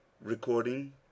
Recording